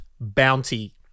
bounty